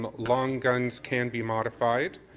um long guns can be modified.